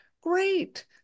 Great